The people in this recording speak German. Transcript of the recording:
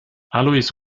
alois